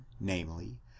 namely